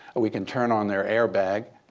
we can turn on their airbag.